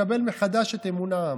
לקבל מחדש את אמון העם.